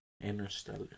Interstellar